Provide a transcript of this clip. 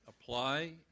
apply